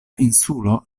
insulo